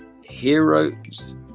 Heroes